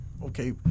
okay